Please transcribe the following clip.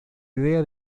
idea